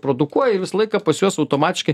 produkuoja ir visą laiką pas juos automatiškai